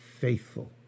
faithful